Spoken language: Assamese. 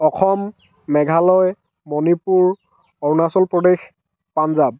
অসম মেঘালয় মণিপুৰ অৰুণাচল প্ৰদেশ পঞ্জাৱ